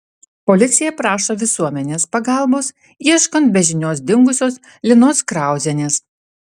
policija prašo visuomenės pagalbos ieškant be žinios dingusios linos krauzienės